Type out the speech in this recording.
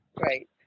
Right